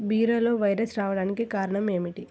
బీరలో వైరస్ రావడానికి కారణం ఏమిటి?